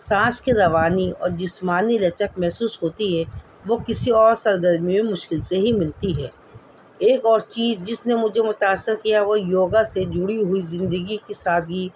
سانس کی روانی اور جسمانی لچک محسوس ہوتی ہے وہ کسی اور سرگرمی میں مشکل سے ہی ملتی ہے ایک اور چیز جس نے مجھے متأثر کیا وہ یوگا سے جڑی ہوئی زندگی کی سادگی